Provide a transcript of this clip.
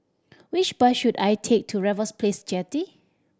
which bus should I take to Raffles Place Jetty